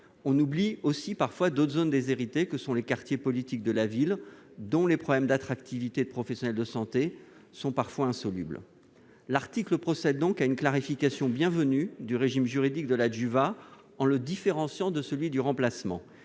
on oublie parfois les autres zones déshéritées que sont les quartiers relevant de la politique de la ville, dont les problèmes d'attractivité des professionnels de santé sont parfois insolubles. L'article procède à une clarification bienvenue du régime juridique de l'adjuvat en le différenciant de celui du remplacement.